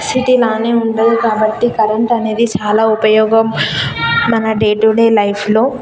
సిటీలానే ఉండదు కాబట్టి కరెంట్ అనేది చాలా ఉపయోగం మన డే టు డే లైఫ్లో